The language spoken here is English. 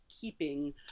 keeping